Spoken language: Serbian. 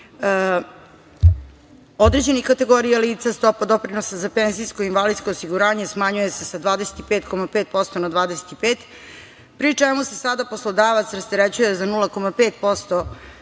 određenih kategorija lica. Stopa doprinosa za penzijsko-invalidsko osiguranje smanjuje se sa 25,5% na 25%, pri čemu se sada poslodavac rasterećuje za 0,5%